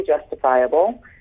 justifiable